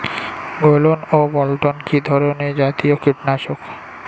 গোলন ও বলটন কি ধরনে জাতীয় কীটনাশক?